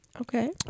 okay